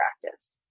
practice